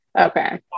Okay